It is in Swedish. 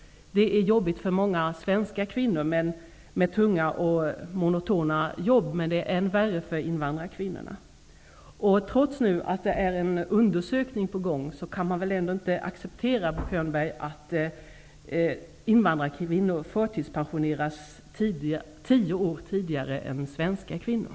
Situationen med tunga och monotona arbeten är jobbig för många svenska kvinnor, men det är än värre för invandrarkvinnorna. Trots att en undersökning nu är på gång kan man väl ändå inte acceptera, Bo Könberg, att invandrarkvinnor förtidspensioneras tio år tidigare än svenska kvinnor?